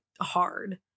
hard